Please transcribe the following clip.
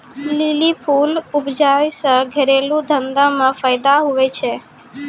lily फूल उपजा से घरेलू धंधा मे फैदा हुवै छै